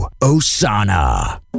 Osana